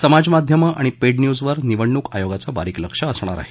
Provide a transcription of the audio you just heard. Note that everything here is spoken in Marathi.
समाजमाध्यमं आणि पेड न्यूज वर निवडणूक आयोगाचं बारीक लक्ष असणार आहे